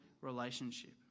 relationship